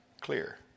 clear